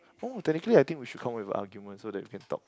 oh technically I think we should come up with arguments so that we can talk